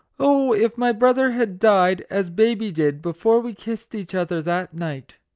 oh! if my brother had died, as baby did, before we kissed each other that night!